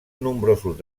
nombrosos